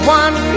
one